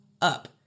up